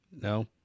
No